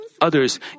others